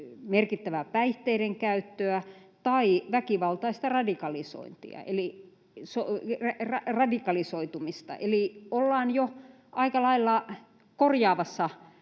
merkittävää päihteiden käyttöä tai väkivaltaista radikalisoitumista, eli ollaan jo aika lailla korjaavassa